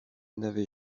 n’avait